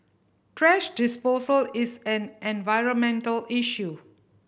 thrash disposal is an environmental issue